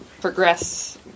progress